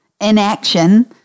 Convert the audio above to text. inaction